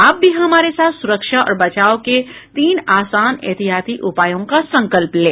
आप भी हमारे साथ सुरक्षा और बचाव के तीन आसान एहतियाती उपायों का संकल्प लें